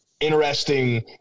interesting